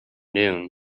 noon